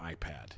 iPad